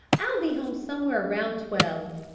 i'll be home somewhere around twelve.